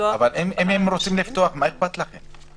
ואז אתה מתערבב בין אנשים.